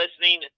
listening